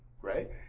right